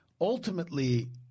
ultimately